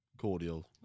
cordial